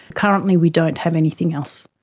currently we don't have anything else.